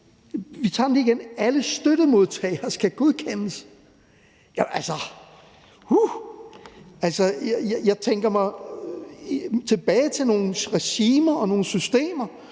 Vi tager den lige igen: Alle støttemodtagere skal godkendes. Jamen altså – uh! – jeg tænker mig tilbage til nogle regimer og nogle systemer,